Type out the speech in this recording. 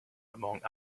among